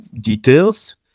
details